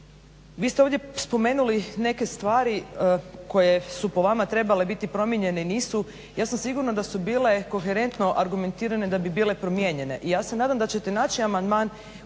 vi ste ovdje spomenuli neke stvari koje su po vama trebale biti promijenjene i nisu. Ja sam sigurna da su bile koherentno argumentirane da bi bile promijenjene i ja se nadam da ćete naći amandman